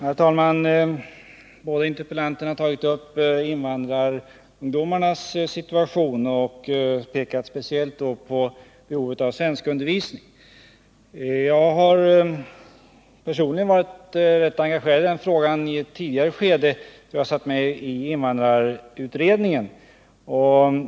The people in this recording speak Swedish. Herr talman! Båda interpellanterna har tagit upp invandrarungdomarnas situation och har pekat speciellt på behovet av svenskundervisning. Jag har personligen varit engagerad i denna fråga då jag tidigare satt med i invandrarutredningen.